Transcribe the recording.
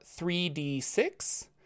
3d6